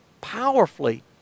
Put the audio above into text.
powerfully